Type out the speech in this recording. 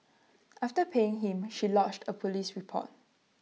after paying him she lodged A Police report